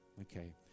Okay